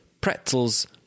pretzels